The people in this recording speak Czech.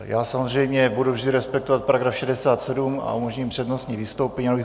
Já samozřejmě budu vždy respektovat § 67 a umožním přednostní vystoupení.